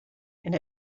and